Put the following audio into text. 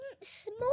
small